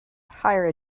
higher